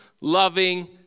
loving